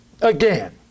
Again